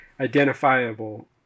identifiable